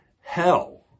hell